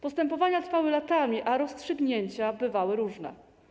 Postępowania trwały latami, a rozstrzygnięcia bywały różne.